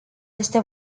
este